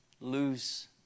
lose